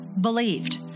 believed